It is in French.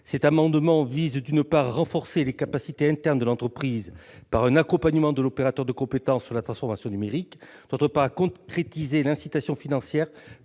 Cet amendement vise, d'une part, à renforcer les capacités internes de l'entreprise par un accompagnement de l'opérateur de compétences au titre de la transformation numérique, et, d'autre part, à concrétiser l'incitation financière